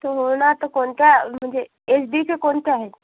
तर हो ना तर कोणत्या म्हणजे एच डीचे कोणते आहेत